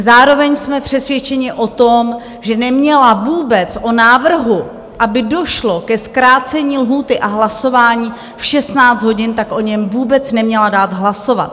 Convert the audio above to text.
Zároveň jsme přesvědčeni o tom, že neměla vůbec o návrhu, aby došlo ke zkrácení lhůty a hlasování v 16 hodin, tak o něm vůbec neměla dát hlasovat.